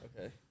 Okay